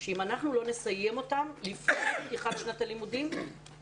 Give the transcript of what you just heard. שאם אנחנו לא נסיים אותם לפני פתיחת שנת הלימודים,